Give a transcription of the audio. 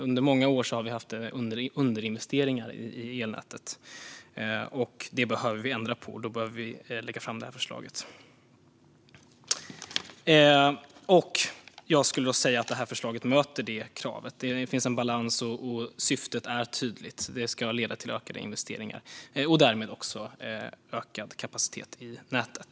Under många år har vi haft underinvesteringar i elnätet. Det behöver vi ändra på, och då behöver vi lägga fram det här förslaget. Jag vill säga att det här förslaget möter kravet. Det finns en balans, och syftet är tydligt. Det ska leda till ökade investeringar och därmed också ökad kapacitet i näten.